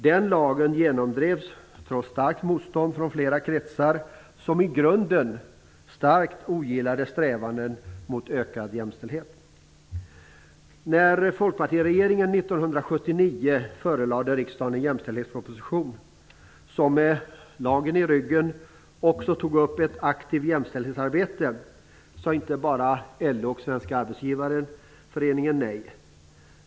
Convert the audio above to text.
Den lagen genomdrevs trots starkt motstånd från flera kretsar, som i grunden starkt ogillade strävanden mot ökad jämställdhet. När folkpartiregeringen 1979 förelade riksdagen en jämställdhetsproposition, i vilken man med lagen i ryggen också tog upp ett aktivt jämställdhetsarbete, sade inte bara LO och Svenska Arbetsgivareföreningen nej.